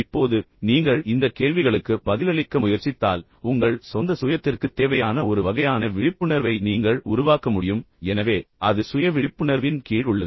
இப்போது நீங்கள் இந்த கேள்விகளுக்கு பதிலளிக்க முயற்சித்தால் உங்கள் சொந்த சுயத்திற்குத் தேவையான ஒரு வகையான விழிப்புணர்வை நீங்கள் உருவாக்க முடியும் எனவே அது சுய விழிப்புணர்வின் கீழ் உள்ளது